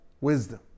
wisdom